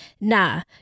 Nah